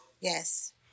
Yes